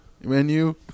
menu